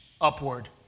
upward